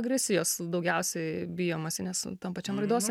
agresijos daugiausiai bijomasi nes tam pačiam raidos